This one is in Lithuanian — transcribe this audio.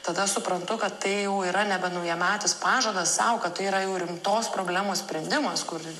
tada suprantu kad tai jau yra nebe naujametis pažadas sau kad tai yra jau rimtos problemos sprendimas kur